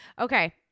okay